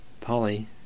Polly